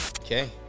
okay